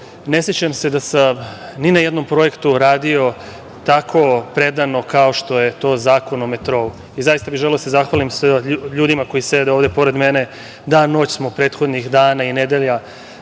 Ne sećam se da sam ni na jednom projektu radio tako predano kao što je to Zakon o metrou. Zaista bih želeo da se zahvalim ljudima koji sede ovde pored mene. Dan, noć smo prethodnih dana i nedelja